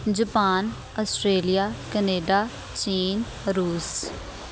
Japan Australia Canada ਚੀਨ ਰੂਸ